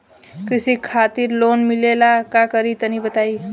कृषि खातिर लोन मिले ला का करि तनि बताई?